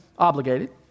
Obligated